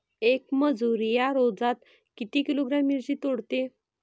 येक मजूर या रोजात किती किलोग्रॅम मिरची तोडते?